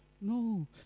No